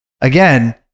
Again